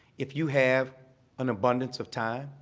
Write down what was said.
if you have an abundance of time,